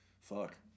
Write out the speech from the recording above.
fuck